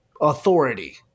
authority